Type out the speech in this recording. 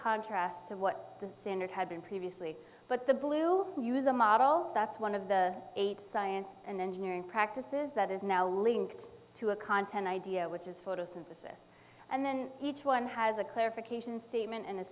contrast to what the standard had been previously but the blue use a model that's one of the eight science and engineering practices that is now linked to a content idea which is photosynthesis and then each one has a clarification statement and a